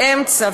באמצע,